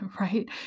right